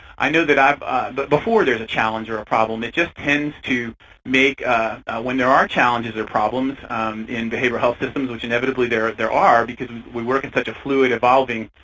i know that ah um but before there's a challenge or a problem, it just tends to make when there are challenges or problems in behavioral health systems, which inevitably there there are, because we work in a fluid evolving,